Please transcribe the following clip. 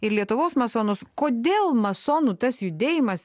ir lietuvos masonus kodėl masonų tas judėjimas